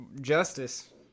justice